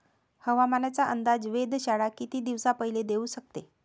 हवामानाचा अंदाज वेधशाळा किती दिवसा पयले देऊ शकते?